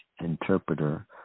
Interpreter